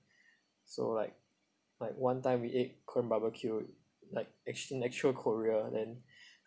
so like like one time we ate korean barbecue like actu~ actual korea then